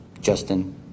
Justin